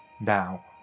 now